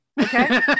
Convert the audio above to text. Okay